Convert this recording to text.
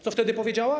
Co wtedy powiedziała?